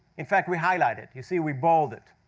in fact, we highlight it. you see, we bold it.